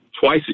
twice